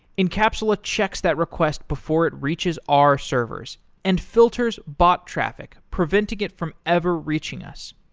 encapsula checks that request before it reaches our servers and filters bot traffic preventing it from ever reaching us.